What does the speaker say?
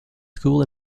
school